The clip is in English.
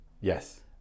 Yes